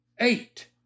eight